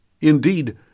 Indeed